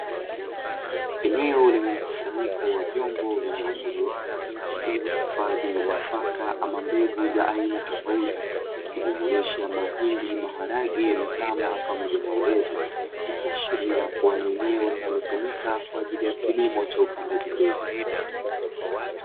Eneo lenye mkusanyiko wa vyombo vyenye umbo duara lililohifadhi nafaka ama mbegu za aina tofauti, ukijumuisha mahindi, maharage, mtama pamoja na ulezi, ikiashiria kuwa ni eneo linalotumika kwa ajili ya kilimo cha upandaji mbegu.